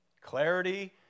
Clarity